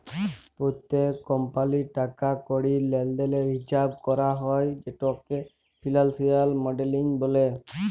প্যত্তেক কমপালির টাকা কড়ির লেলদেলের হিচাব ক্যরা হ্যয় যেটকে ফিলালসিয়াল মডেলিং ব্যলে